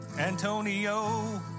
Antonio